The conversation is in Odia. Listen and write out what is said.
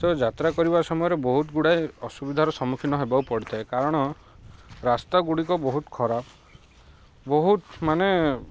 ତ ଯାତ୍ରା କରିବା ସମୟରେ ବହୁତ ଗୁଡ଼ାଏ ଅସୁବିଧାର ସମ୍ମୁଖୀନ ହେବାକୁ ପଡ଼ିଥାଏ କାରଣ ରାସ୍ତା ଗୁଡ଼ିକ ବହୁତ ଖରାପ୍ ବହୁତ ମାନେ